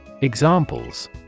Examples